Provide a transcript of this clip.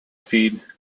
feed